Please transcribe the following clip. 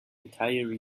entire